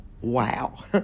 wow